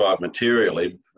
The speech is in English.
materially